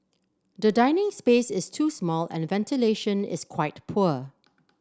the dining space is too small and ventilation is quite poor